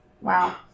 Wow